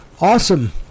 Awesome